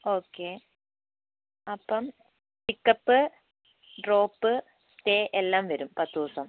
okay അപ്പം pickup drop stay എല്ലാം വരും പത്ത് ദിവസം